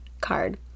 card